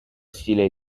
stile